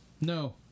No